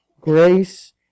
grace